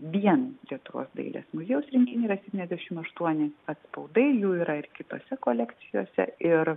vien lietuvos dailės muziejaus rinkiny yra septyniasdešimt aštuoni atspaudai jų yra ir kitose kolekcijose ir